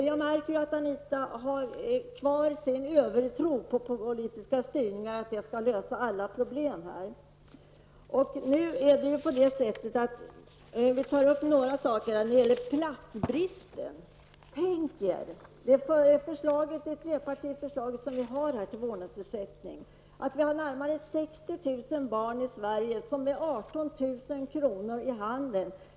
Jag märker att Anita Persson har kvar sin övertro på att politisk styrning skall lösa alla problem. Så till frågan om platsbristen. Trepartiförslaget till vårdnadsersättning skulle ge 60 000 barn i Sverige 18 000 kr. i handen.